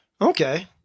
Okay